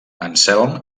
anselm